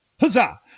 Huzzah